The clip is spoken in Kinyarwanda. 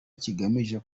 kigamije